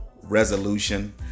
resolution